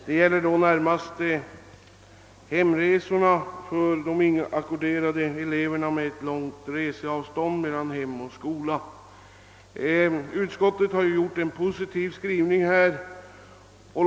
Det gäller närmast hemresorna för de inackorderade eleverna med långt reseavstånd mellan hem och skola. Utskottets skrivning härvidlag är positiv.